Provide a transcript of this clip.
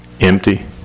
empty